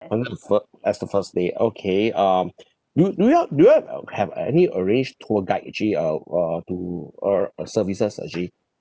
under the fir~ as the first day okay um do do you all do you all uh have any arranged tour guide actually uh uh to uh uh services actually